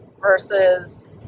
versus